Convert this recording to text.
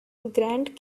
grand